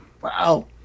Wow